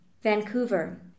Vancouver